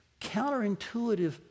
counterintuitive